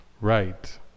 right